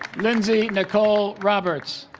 lyndsey nichole roberts